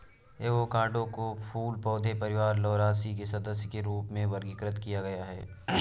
avocado को फूल पौधे परिवार लौरासी के सदस्य के रूप में वर्गीकृत किया गया है